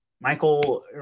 Michael